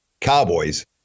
Cowboys